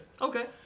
Okay